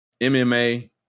MMA